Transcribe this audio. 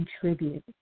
contribute